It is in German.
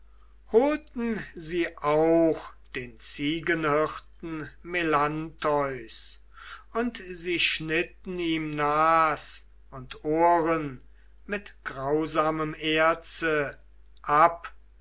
holten sie auch den ziegenhirten melantheus und sie schnitten ihm nas und ohren mit grausamem erze ab